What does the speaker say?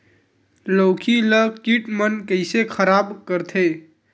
लौकी ला कीट मन कइसे खराब करथे?